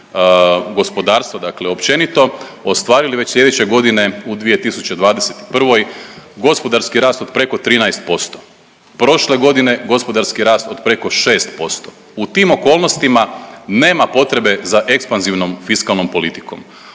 gospodarstva dakle općenito, ostvarili već slijedeće godine, u 2021. gospodarski rast od preko 13%, prošle godine gospodarski rast od preko 6%. U tim okolnostima nema potrebe za ekspanzivnom fiskalnom politikom.